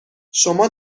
شما